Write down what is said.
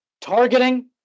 targeting